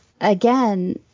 again